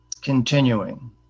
Continuing